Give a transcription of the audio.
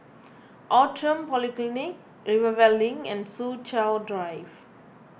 Outram Polyclinic Rivervale Link and Soo Chow Drive